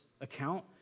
account